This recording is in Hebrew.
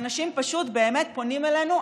ואנשים באמת פונים אלינו.